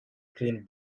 clean